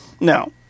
No